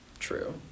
True